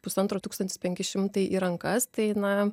pusantro tūkstantis penki šimtai į rankas tai na